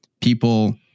people